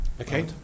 Okay